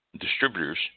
Distributors